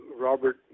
Robert